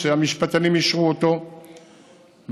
שהמשפטנים אישרו אותו,